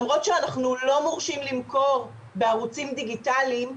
למרות שאנחנו לא מורשים למכור בערוצים דיגיטליים,